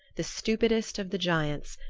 the stupidest of the giants,